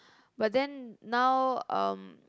but then now um